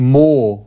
more